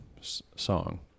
song